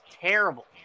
terrible